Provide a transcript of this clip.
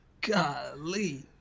Golly